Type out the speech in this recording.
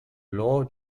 lau